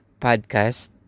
podcast